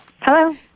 Hello